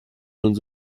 und